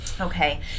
Okay